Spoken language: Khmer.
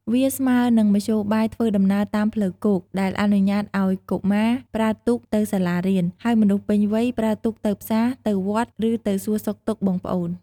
វាស្មើនឹងមធ្យោបាយធ្វើដំណើរតាមផ្លូវគោក ដែលអនុញ្ញាតឲ្យកុមារប្រើទូកទៅសាលារៀន ហើយមនុស្សពេញវ័យប្រើទូកទៅផ្សារ ទៅវត្ត ឬទៅសួរសុខទុក្ខបងប្អូន។